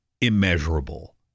immeasurable